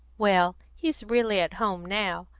well, he's really at home now.